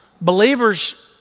believers